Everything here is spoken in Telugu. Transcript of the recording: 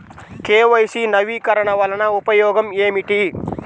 కే.వై.సి నవీకరణ వలన ఉపయోగం ఏమిటీ?